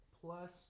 plus